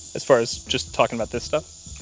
as far as just talking about this stuff?